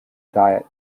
diet